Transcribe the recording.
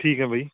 ਠੀਕ ਹੈ ਬਾਈ